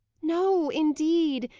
no, indeed,